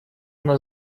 нас